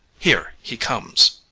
here he comes.